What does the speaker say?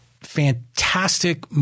fantastic